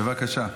בבקשה.